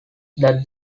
that